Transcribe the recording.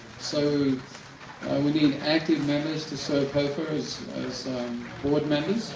so we need active members. to serve hofa as as board members.